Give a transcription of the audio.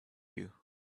you